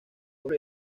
con